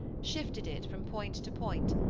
shifted it from point to point,